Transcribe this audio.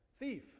Thief